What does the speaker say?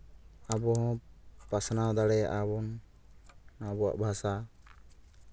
ᱟᱵᱚᱦᱚᱸ ᱯᱟᱥᱱᱟᱣ ᱫᱟᱲᱮᱭᱟᱜ ᱟᱵᱚᱱ ᱟᱵᱚᱣᱟᱜ ᱵᱷᱟᱥᱟ